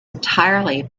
entirely